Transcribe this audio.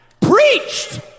Preached